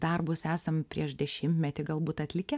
darbus esam prieš dešimtmetį galbūt atlikę